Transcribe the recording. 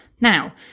Now